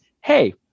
hey